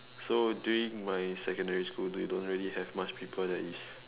so during my secondary school we don't really have much people that is